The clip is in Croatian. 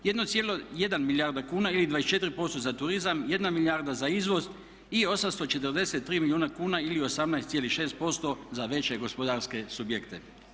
1,1 milijarda kuna ili 24% za turizam, 1 milijarda za izvoz i 843 milijuna kuna ili 18,6% za veće gospodarske subjekte.